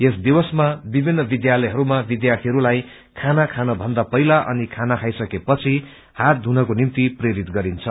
यस दिवसमा विभिन्न विध्यालयहरूमा विध्यार्थीहरूलाई खाना खान भन्दा पहिला अनि खाना खाईसकेपछि हात धुनको निम्ति प्रेरित गरिन्छ